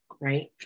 right